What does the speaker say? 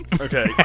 Okay